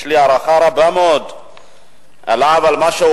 יש לי הערכה רבה מאוד אליו על מה שהוא